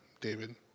David